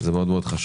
זה מאוד חשוב,